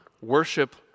worship